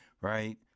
right